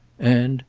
and,